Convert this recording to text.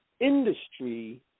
industry